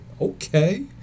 okay